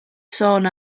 sôn